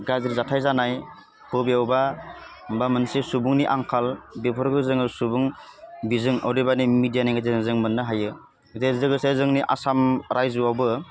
गाज्रि जाथाय जानाय बबेयावबा बा मोनसे सुबुंनि आंखाल बेफोरखौ जोङो सुबुं बिजों अदेबानि मिडियानि गेजेरजों जों मोननो हायो जे जोगोसे जोंनि आसाम रायजोआवबो